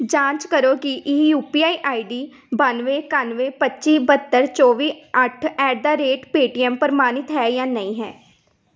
ਜਾਂਚ ਕਰੋ ਕਿ ਇਹ U P I I D ਬਾਨਵੇਂ ਇਕਾਨਵੇਂ ਪੱਚੀ ਬਹੱਤਰ ਚੌਵੀ ਅੱਠ ਐਟ ਦ ਰੇਟ ਪੇਟੀਐਮ ਪ੍ਰਮਾਣਿਤ ਹੈ ਜਾਂ ਨਹੀਂ ਹੈ